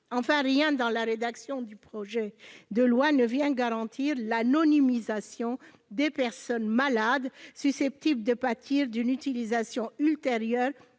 Enfin, rien dans la rédaction du projet de loi ne garantit l'anonymisation des personnes malades susceptibles de pâtir d'une utilisation ultérieure